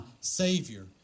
Savior